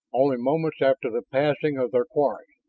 only moments after the passing of their quarry.